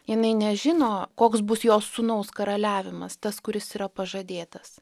jinai nežino koks bus jos sūnaus karaliavimas tas kuris yra pažadėtas